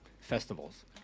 festivals